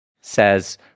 says